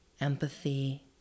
empathy